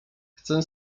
chcę